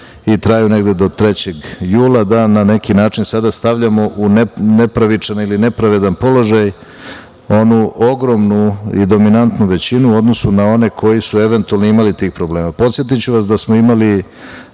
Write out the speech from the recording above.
i traju negde do 3. jula, na neki način stavljamo u nepravičan ili nepravedan položaj onu ogromnu i dominantnu većinu u odnosu na one koji su eventualno imali tih problema. Podsetiću vas da smo imali,